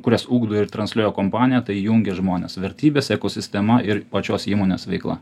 kurias ugdo ir transliuoja kompanija tai jungia žmones vertybės ekosistema ir pačios įmonės veikla